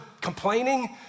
complaining